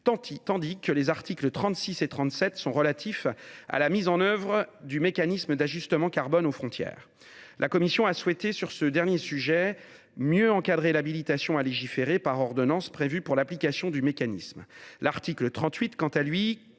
tandis que les articles 36 et 37 traitent de la mise en œuvre du mécanisme d’ajustement carbone aux frontières (MACF). La commission a souhaité mieux encadrer l’habilitation à légiférer par ordonnance prévue pour l’application du mécanisme. L’article 38, quant à lui,